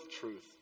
truth